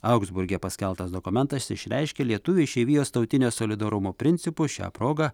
augsburge paskelbtas dokumentas išreiškia lietuvių išeivijos tautinio solidarumo principus šia proga